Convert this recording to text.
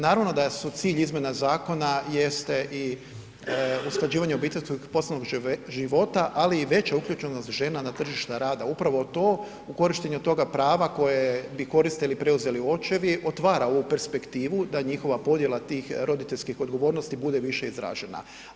Naravno da je cilj izmjena zakona jeste i usklađivanje obiteljskog poslovnog života, ali i veća uključenost žena na tržište rada upravo to u korištenju toga prava koje bi koristili preuzeli očevi otvara ovu perspektivu da njihova podjela tih roditeljskih odgovornosti bude više izražena.